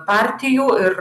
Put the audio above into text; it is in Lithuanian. partijų ir